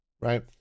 right